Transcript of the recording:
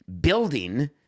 building